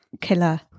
killer